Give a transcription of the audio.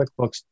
QuickBooks